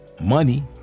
money